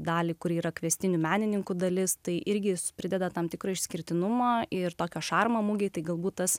dalį kuri yra kviestinių menininkų dalis tai irgi prideda tam tikro išskirtinumo ir tokio šarmo mugėje tai galbūt tas